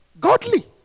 Godly